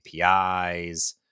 APIs